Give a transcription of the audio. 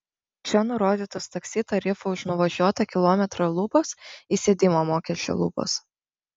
čia nurodytos taksi tarifo už nuvažiuotą kilometrą lubos įsėdimo mokesčio lubos